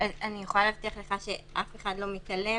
אני יכולה להבטיח לך שאף אחד לא מתעלם,